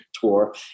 tour